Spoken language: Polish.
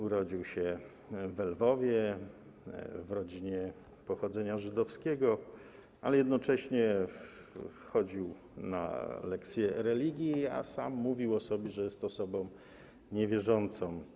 Urodził się we Lwowie w rodzinie pochodzenia żydowskiego, ale jednocześnie chodził na lekcje religii, a sam mówił o sobie, że jest osobą niewierzącą.